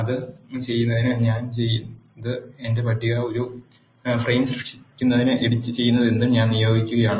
അത് ചെയ്യുന്നതിന് ഞാൻ ചെയ്തത് എന്റെ പട്ടിക ഒരു ഫ്രെയിം സൃഷ്ടിക്കുന്നതിന് എഡിറ്റുചെയ്യുന്നതെന്തും ഞാൻ നിയോഗിക്കുകയാണ്